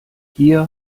hier